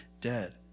dead